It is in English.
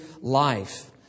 life